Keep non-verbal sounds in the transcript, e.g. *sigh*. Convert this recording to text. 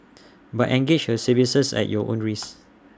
*noise* but engage her services at your own risk